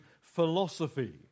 philosophy